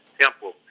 Temple